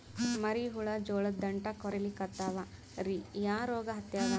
ಮರಿ ಹುಳ ಜೋಳದ ದಂಟ ಕೊರಿಲಿಕತ್ತಾವ ರೀ ಯಾ ರೋಗ ಹತ್ಯಾದ?